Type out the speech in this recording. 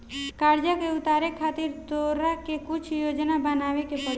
कर्जा के उतारे खातिर तोरा के कुछ योजना बनाबे के पड़ी